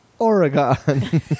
Oregon